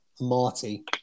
Marty